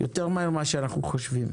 יותר מהר מאשר אנחנו חושבים.